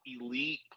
elite